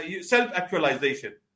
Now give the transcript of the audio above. self-actualization